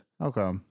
Okay